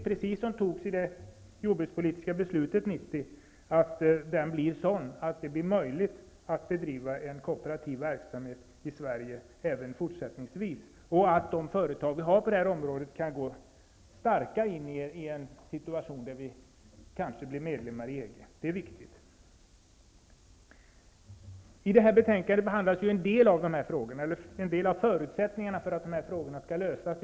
Precis som i fråga om det jordbrukspolitiska beslutet 1990 är det viktigt att denna lagstiftning gör det möjligt att även fortsättningsvis bedriva en kooperativ verksamhet i Sverige och att de företag vi har på det här området kan gå starka in i en situation där vi kanske blir medlemmar i EG. Det är viktigt. I det här betänkandet behandlas en del av förutsättningarna för att de här frågorna skall kunna lösas.